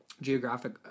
Geographic